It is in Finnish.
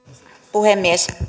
puhemies